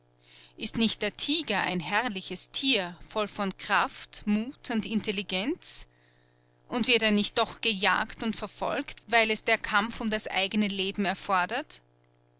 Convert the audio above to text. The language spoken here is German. ist nicht der tiger ein herrliches tier voll von kraft mut und intelligenz und wird er nicht doch gejagt und verfolgt weil es der kampf um das eigene leben erfordert